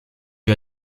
lui